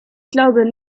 glaube